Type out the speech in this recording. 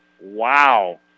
Wow